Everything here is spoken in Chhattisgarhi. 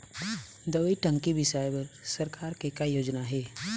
दवई टंकी बिसाए बर सरकार के का योजना हे?